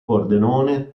pordenone